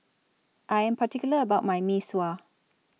I Am particular about My Mee Sua